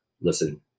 Listen